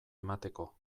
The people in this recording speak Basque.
emateko